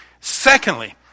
Secondly